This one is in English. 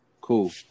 Cool